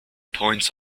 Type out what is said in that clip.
points